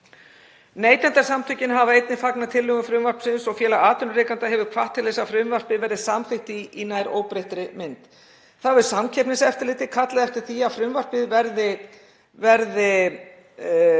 Neytendasamtökin hafa einnig fagnað tillögum frumvarpsins og Félag atvinnurekenda hefur hvatt til þess að frumvarpið verði samþykkt í nær óbreyttri mynd. Þá hefur Samkeppniseftirlitið kallað eftir því að frumvarpið verði